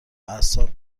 اعصاب